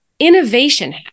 Innovation